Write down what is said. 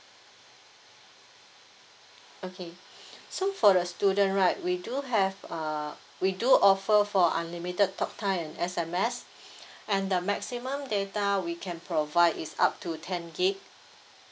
okay so for the student right we do have uh we do offer for unlimited talk time and S_M_S and the maximum data we can provide is up to ten gig